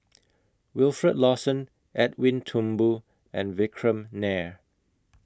Wilfed Lawson Edwin Thumboo and Vikram Nair